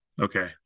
okay